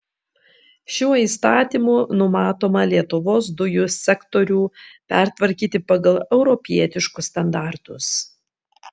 šiuo įstatymu numatoma lietuvos dujų sektorių pertvarkyti pagal europietiškus standartus